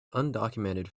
undocumented